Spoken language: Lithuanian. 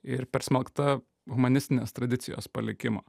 ir persmelkta humanistinės tradicijos palikimo